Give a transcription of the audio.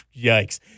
yikes